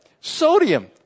Sodium